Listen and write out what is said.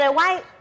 white